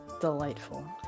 delightful